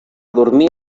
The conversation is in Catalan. dormir